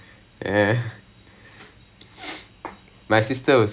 it's okay நான்:naan physics eh வச்சுகிறேன்:vachukiren